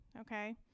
okay